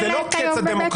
זה לא קטע דמוקרטיה